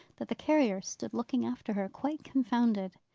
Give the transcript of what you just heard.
that the carrier stood looking after her, quite confounded.